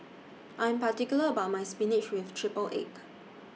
I'm particular about My Spinach with Triple Egg